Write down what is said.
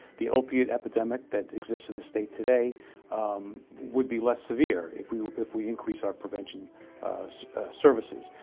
the opiate epidemic that exists in the state today would be less severe if we if we increased our prevention services.